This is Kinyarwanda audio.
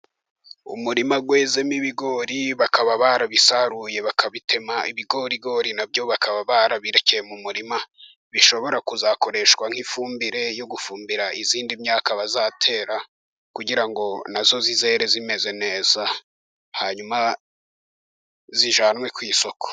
Umurima wezemo ibigori, bakaba babisaruye, bakabitema, ibigorigori nabyo bakaba barabirekeye mu murima, bishobora kuzakoreshwa nk'ifumbire yo gufumbira iyindi myaka bazatera, kugira ngo nayo izere imeze neza, hanyuma ijyanwe ku isoko.